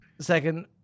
second